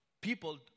People